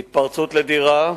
התפרצות לדירה,